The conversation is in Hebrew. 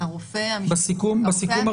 הרופא המשפטי.